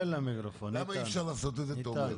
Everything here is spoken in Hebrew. אם זה לפי סיבות שבשליטתו,